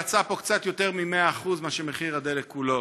יצא פה קצת יותר מ-100% של מחיר הדלק כולו,